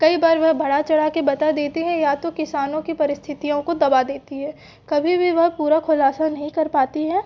कई बार वह बढ़ा चढ़ा के बता देते हैं या तो किसानों की परिस्थितयों को दबा देती है कभी भी वह पूरा ख़ुलासा नहीं कर पाती हैं